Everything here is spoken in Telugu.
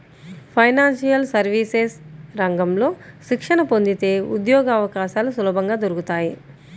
ఫైనాన్షియల్ సర్వీసెస్ రంగంలో శిక్షణ పొందితే ఉద్యోగవకాశాలు సులభంగా దొరుకుతాయి